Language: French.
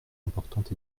importante